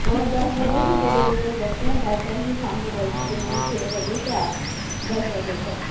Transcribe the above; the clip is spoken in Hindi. और दस बजे से दो बजे तक बैठते हैं पार्ट टाइम भी शाम को बैठते हैं छ बजे से आ दस बजे तक